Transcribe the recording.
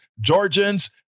Georgians